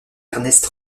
ernest